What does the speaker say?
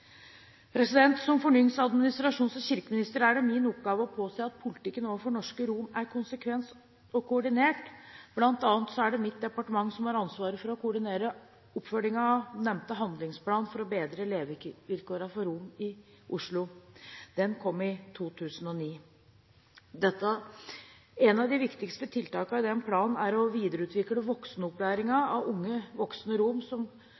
Som fornyings-, administrasjons- og kirkeminister er det min oppgave å påse at politikken overfor norske romer er konsekvent og koordinert. Blant annet er det mitt departement som har ansvaret for å koordinere oppfølgingen av den nevnte handlingsplanen for å bedre levevilkårene for romer i Oslo. Den kom i 2009. Et av de viktigste tiltakene i den planen er å videreutvikle